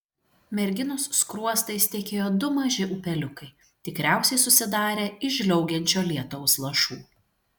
merginos skruostais tekėjo du maži upeliukai tikriausiai susidarę iš žliaugiančio lietaus lašų